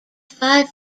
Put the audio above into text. five